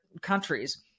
countries